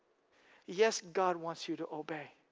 yes, god wants you to obey,